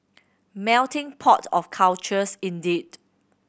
melting pot of cultures indeed